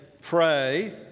pray